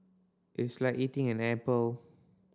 it's like eating an apple